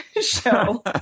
show